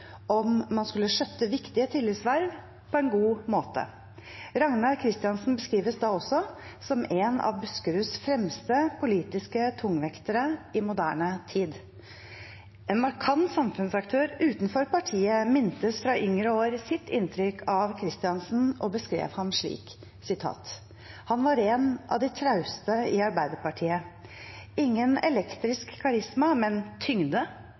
om man skulle skjøtte viktige tillitsverv på en god måte. Ragnar Christiansen beskrives da også som en av Buskeruds fremste politiske tungvektere i moderne tid. En markant samfunnsaktør utenfor partiet mintes fra yngre år sitt inntrykk av Christiansen, og beskrev ham slik: «Han var en av de trauste i Ap. Ingen elektrisk karisma, men tyngde,